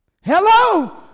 Hello